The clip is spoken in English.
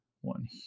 one